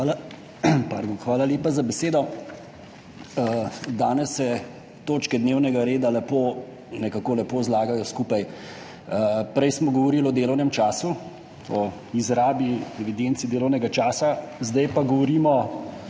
(PS SDS):** Hvala lepa za besedo. Danes se točke dnevnega reda nekako lepo zlagajo skupaj. Prej smo govorili o delovnem času, o izrabi in evidenci delovnega časa, zdaj pa govorimo o